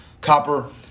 Copper